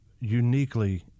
uniquely